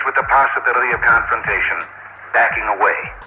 like a possibility of confrontation, backing ah away.